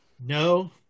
No